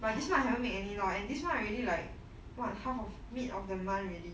but this month I haven't make any lor and this month already what half of mif of the month already